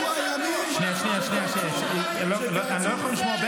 שנייה, שנייה, אני לא יכול לשמוע.